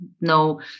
no